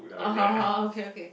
oh okay okay